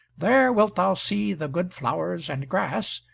there wilt thou see the good flowers and grass,